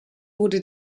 wurde